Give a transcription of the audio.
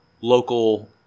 local